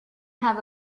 have